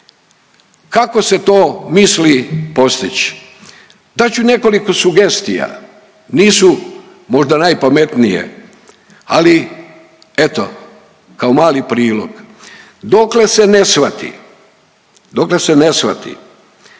Kako se to misli postići? Dat ću nekoliko sugestija, nisu možda najpametnije ali eto kao mali prilog. Dokle se ne shvati, dokle se ne shvati